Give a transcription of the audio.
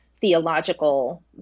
Theological